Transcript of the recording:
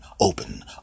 open